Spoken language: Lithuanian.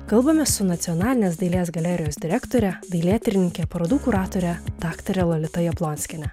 kalbamės su nacionalinės dailės galerijos direktore dailėtyrininke parodų kuratore daktare lolita jablonskiene